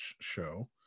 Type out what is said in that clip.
show